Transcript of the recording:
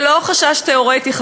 זה לא חשש תיאורטי,